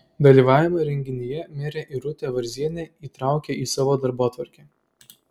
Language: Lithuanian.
dalyvavimą renginyje merė irutė varzienė įtraukė į savo darbotvarkę